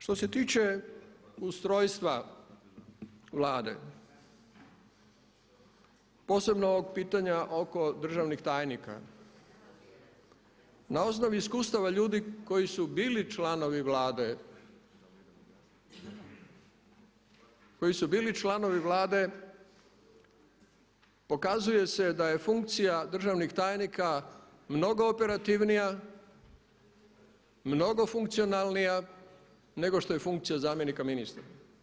Što se tiče ustrojstva Vlade, posebno ovog pitanja oko državnih tajnika, na osnovi iskustva ljudi koji su bili članovi vlade, koji su bili članovi vlade pokazuje se da je funkcija državnih tajnika mnogo operativnija, mnogo funkcionalnija nego što je funkcija zamjenika ministra.